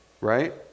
right